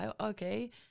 okay